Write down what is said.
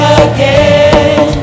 again